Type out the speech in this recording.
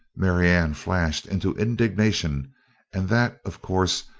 marianne flashed into indignation and that, of course,